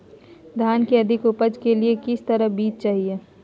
धान की अधिक उपज के लिए किस तरह बीज चाहिए?